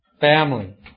family